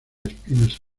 espinas